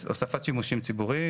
הוספת שימושים ציבוריים.